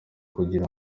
kugira